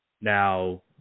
Now